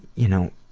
you know,